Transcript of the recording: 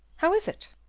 how is it?